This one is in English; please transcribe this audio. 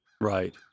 Right